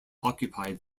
occupied